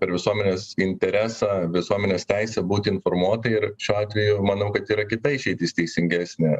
ir visuomenės interesą visuomenės teisę būti informuotai ir šiuo atveju manau kad yra kita išeitis teisingesnė